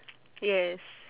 yes